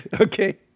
Okay